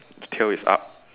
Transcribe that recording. the tail is up